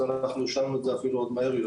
אז אנחנו השלמנו את זה אפילו עוד יותר מהר.